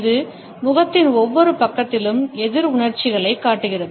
இது முகத்தின் ஒவ்வொரு பக்கத்திலும் எதிர் உணர்ச்சிகளைக் காட்டுகிறது